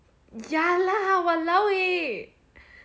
ya lah